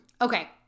Okay